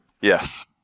Yes